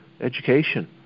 education